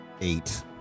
Eight